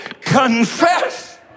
confess